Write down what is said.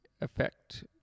effect